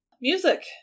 Music